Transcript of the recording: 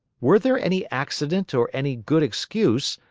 were there any accident or any good excuse,